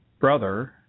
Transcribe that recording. brother